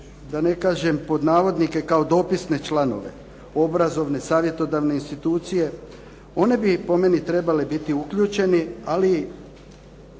da ne kažem pod navodnike kao dopisne članove obrazovne, savjetodavne institucije. One bi po meni trebale biti uključeni ali